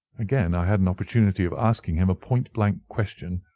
again i had an opportunity of asking him a point blank question,